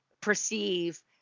perceive